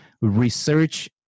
research